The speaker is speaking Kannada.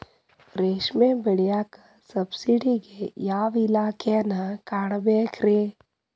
ರೇಷ್ಮಿ ಬೆಳಿಯಾಕ ಸಬ್ಸಿಡಿಗೆ ಯಾವ ಇಲಾಖೆನ ಕಾಣಬೇಕ್ರೇ?